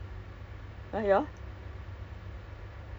my I have siblings [what] I have older brothers